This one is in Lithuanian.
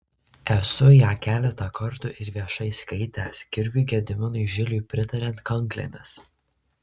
esu ją keletą kartų ir viešai skaitęs kriviui gediminui žiliui pritariant kanklėmis